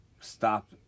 stop